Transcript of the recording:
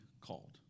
called